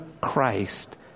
Christ